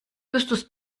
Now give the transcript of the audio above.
justus